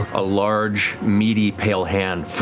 a large, meaty, pale hand,